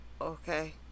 Okay